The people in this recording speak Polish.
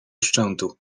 szczętu